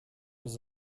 was